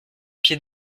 pied